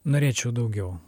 norėčiau daugiau